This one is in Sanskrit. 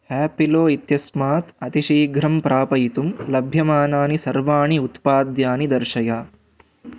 हेपिलो इत्यस्मात् अतिशीघ्रं प्रापयितुं लभ्यमानानि सर्वाणि उत्पाद्यानि दर्शय